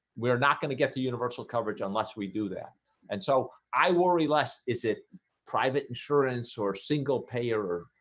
we're not going to get the universal coverage unless we do that and so i worry less is it private insurance or single-payer,